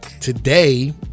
today